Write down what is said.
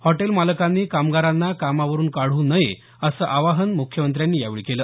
hotel मालकांनी कामगारांना कामावरुन काढू नये असं आवाहन म्ख्यमंत्र्यांनी यावेळी केलं